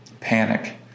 panic